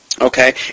Okay